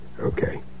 Okay